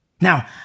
Now